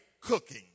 cooking